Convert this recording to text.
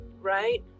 right